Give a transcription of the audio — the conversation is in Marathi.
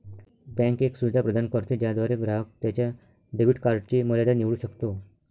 बँक एक सुविधा प्रदान करते ज्याद्वारे ग्राहक त्याच्या डेबिट कार्डची मर्यादा निवडू शकतो